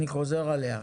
אני חוזר עליה,